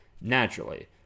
naturally